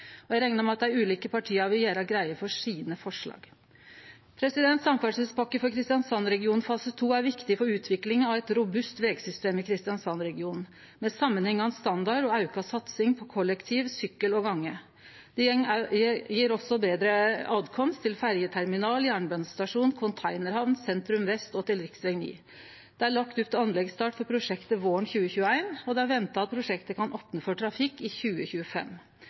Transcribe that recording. Eg reknar med at dei ulike partia vil gjere greie for sine forslag. Samferdselspakke for Kristiansandsregionen fase 2 er viktig for utvikling av eit robust vegsystem i Kristiansands-regionen, med samanhengande standard og auka satsing på kollektiv, sykkel og gange. Det gjev også betre tilkomst til ferjeterminal, jernbanestasjon, containerhamn, sentrum vest og til rv. 9. Det er lagt opp til anleggsstart for prosjektet våren 2021, og det er venta at prosjektet kan opne for trafikk i 2025.